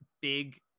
big